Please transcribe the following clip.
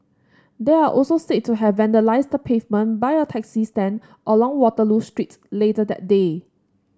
they are also said to have vandalised the pavement by a taxi stand along Waterloo Street later that day